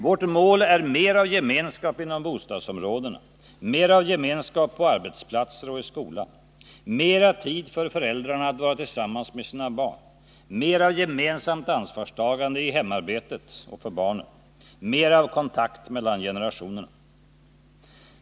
Vårt mål är mer av gemenskap inom bostadsområdena, arbetsplatser och skola. Mera tid för föräldrarna att vara tillsammans med sina barn. Mer av gemensamt ansvarstagande i hemarbetet och för barnen. Mer av kontakt mellan generationerna.